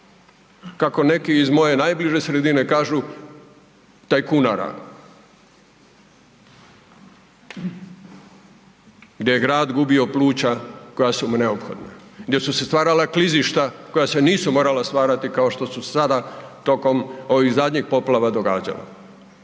kako neki iz moje najbliže sredine kažu, tajkunara gdje je grad gubio pluća koja su mu neophodna, gdje su se stvarala klizišta koja se nisu morala stvarati kao što su sada tokom ovih zadnjih poplava događalo.